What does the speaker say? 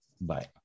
Bye